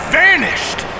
vanished